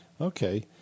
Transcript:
Okay